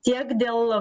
tiek dėl